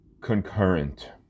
concurrent